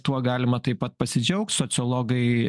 tuo galima taip pat pasidžiaugt sociologai